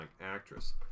actress